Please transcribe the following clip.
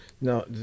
no